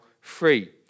free